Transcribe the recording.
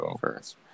first